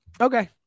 Okay